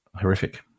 Horrific